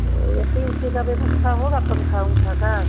O A C ओसी का व्यवस्था होगा पंखा ओंखा का